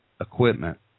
equipment